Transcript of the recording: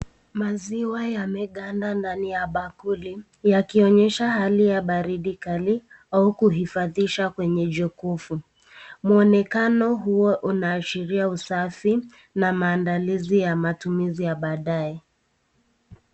Maziwa yameganda ndani ya bakuli ya kionyesha hali ya baridi kali au kuhifadhishwa kwenye jukufu. Mwonekano huo unaashiria usafi na maandalizi ya matumizi ya baadaye.